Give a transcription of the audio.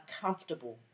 comfortable